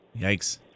Yikes